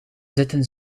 zitten